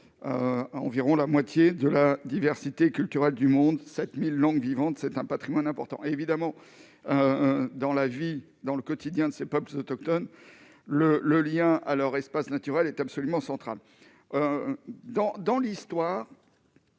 environ la moitié de la diversité culturelle du monde : 7 000 langues vivantes, c'est un patrimoine important. Par ailleurs, dans le quotidien de ces peuples autochtones, le lien à leur espace naturel est absolument central. Dans l'histoire,